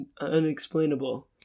unexplainable